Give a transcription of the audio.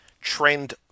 trend